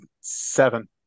seven